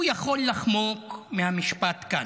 הוא יכול לחמוק מהמשפט כאן,